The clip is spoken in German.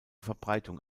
verbreitung